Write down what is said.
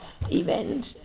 event